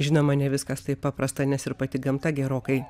žinoma ne viskas taip paprasta nes ir pati gamta gerokai